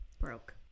broke